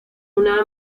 una